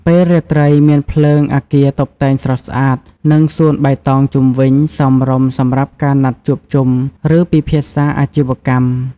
ពេលរាត្រី មានភ្លើងអគារតុបតែងស្រស់ស្អាត និងសួនបៃតងជុំវិញ សមរម្យសម្រាប់ការណាត់ជួបជុំ ឬពិភាក្សាអាជីវកម្ម។